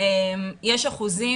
יש אחוזים,